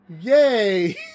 Yay